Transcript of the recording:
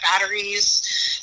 batteries